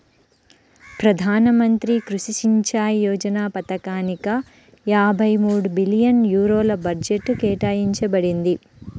ప్రధాన మంత్రి కృషి సించాయ్ యోజన పథకానిక యాభై మూడు బిలియన్ యూరోల బడ్జెట్ కేటాయించబడింది